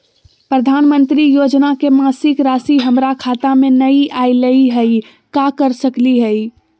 प्रधानमंत्री योजना के मासिक रासि हमरा खाता में नई आइलई हई, का कर सकली हई?